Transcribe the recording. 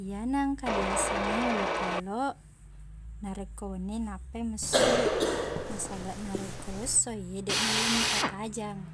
Iyana engka diasengnge olokkolok narekko wenni nappai messuq. Nasabaq narekko esso i, deqnulle mita tajang.